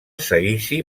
seguici